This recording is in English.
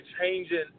changing